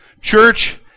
church